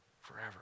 forever